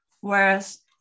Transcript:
Whereas